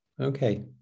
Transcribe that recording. okay